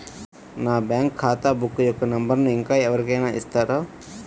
నా బ్యాంక్ ఖాతా బుక్ యొక్క నంబరును ఇంకా ఎవరి కైనా ఇస్తారా?